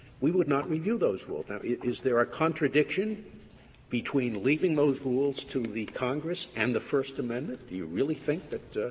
we would not review those rules. now, is there a contradiction between leaving those rules to congress and the first amendment? do you really think that